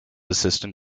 assistant